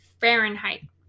Fahrenheit